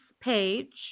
page